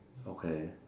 okay